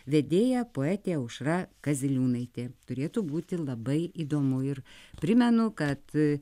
vedėja poetė aušra kaziliūnaitė turėtų būti labai įdomu ir primenu kad